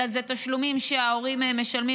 אלא זה תשלומים שההורים משלמים,